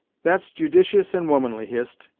that's judicious and womanly, hist.